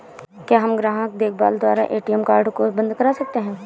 क्या हम ग्राहक देखभाल द्वारा ए.टी.एम कार्ड को बंद करा सकते हैं?